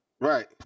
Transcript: Right